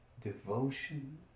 devotion